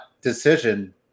decision